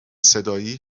صدایی